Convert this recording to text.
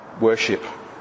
worship